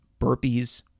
burpees